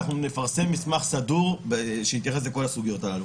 ואנחנו נפרסם מסמך סדור שיתייחס לכל הסוגיות הללו